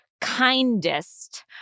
kindest